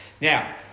Now